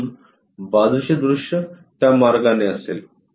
म्हणून बाजूचे दृश्य त्या मार्गाने असेल